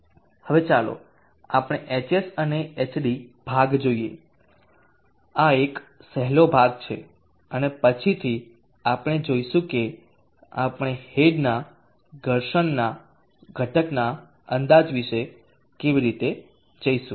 હવે ચાલો આપણે hs અને hd ભાગ જોઈએ આ એક સહેલો ભાગ છે અને પછીથી આપણે જોઈશું કે આપણે હેડના ઘર્ષણના ઘટકના અંદાજ વિશે કેવી રીતે જઈશું